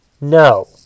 No